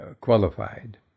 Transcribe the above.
qualified